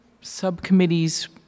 Subcommittees